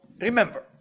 remember